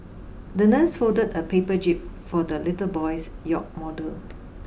the nurse folded a paper jib for the little boy's yacht model